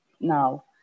now